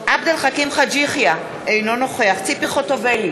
עבד אל חכים חאג' יחיא, אינו נוכח ציפי חוטובלי,